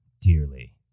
dearly